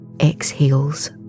exhales